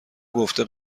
گفته